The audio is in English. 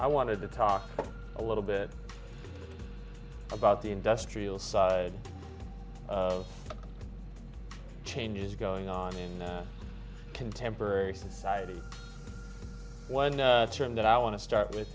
i wanted to talk a little bit about the industrial side of changes going on in contemporary society one that i want to start with